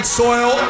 soil